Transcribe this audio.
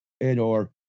and/or